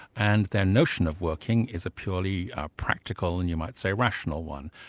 and their notion of working is a purely practical and you might say rational one.